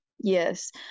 Yes